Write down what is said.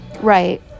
Right